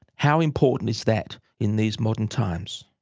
how important is that in these modern times!